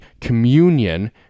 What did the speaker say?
communion